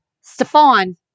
Stefan